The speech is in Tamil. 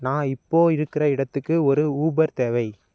நான் இப்போ இருக்கிற இடத்துக்கு ஒரு ஊபர் தேவை